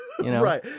Right